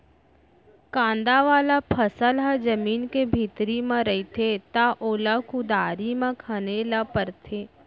कांदा वाला फसल ह जमीन के भीतरी म रहिथे त ओला कुदारी म खने ल परथे